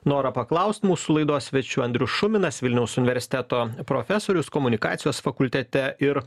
norą paklausti mūsų laidos svečių andrius šuminas vilniaus universiteto profesorius komunikacijos fakultete ir